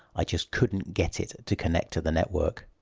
i just couldn't get it to connect to the network.